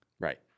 Right